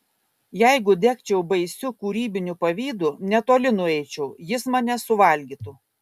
jeigu degčiau baisiu kūrybiniu pavydu netoli nueičiau jis mane suvalgytų